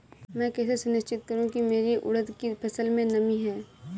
मैं कैसे सुनिश्चित करूँ की मेरी उड़द की फसल में नमी नहीं है?